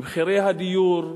ומחירי הדיור,